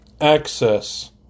access